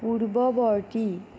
পূৰ্ৱৱৰ্তী